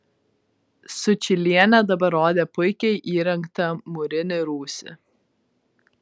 sučylienė dabar rodė puikiai įrengtą mūrinį rūsį